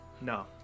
no